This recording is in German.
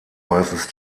meistens